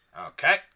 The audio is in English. Okay